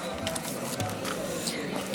לוועדת